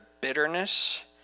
bitterness